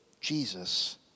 Jesus